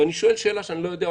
אני שואל שאלה שאני לא יודע,